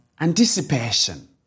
anticipation